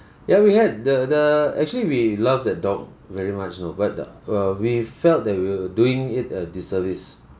ya we had the the actually we loved that dog very much you know but err we felt that we were doing it a disservice